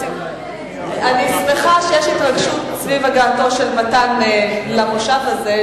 אני שמחה שיש התרגשות סביב הגעתו של מתן למושב הזה,